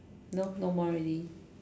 no no more already